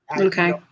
okay